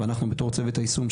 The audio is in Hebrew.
ואנחנו בתור צוות היישום,